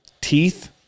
teeth